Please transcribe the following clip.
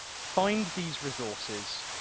find these resources.